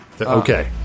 Okay